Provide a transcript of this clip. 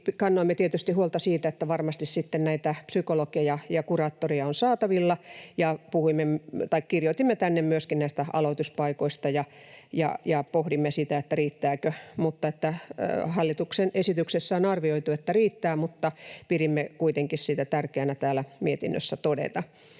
tietysti huolta siitä, että varmasti sitten näitä psykologeja ja kuraattoreja on saatavilla, ja kirjoitimme tänne myöskin näistä aloituspaikoista ja pohdimme sitä, että riittääkö. Hallituksen esityksessä on arvioitu, että riittää, mutta pidimme kuitenkin siitä tärkeänä täällä mietinnössä todeta.